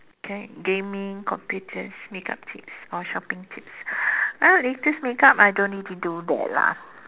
okay gaming computers makeup tips or shopping tips uh latest makeup I don't really do that lah